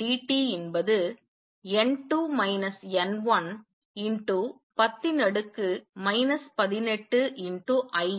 d T என்பது10 18I